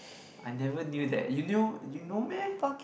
I never knew that you knew you know meh